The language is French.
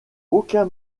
aucun